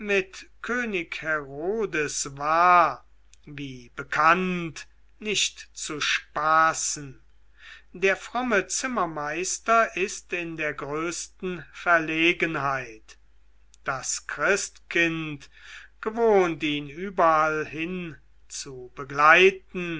könig herodes war wie bekannt nicht zu spaßen der fromme zimmermeister ist in der größten verlegenheit das christkind gewohnt ihn überallhin zu begleiten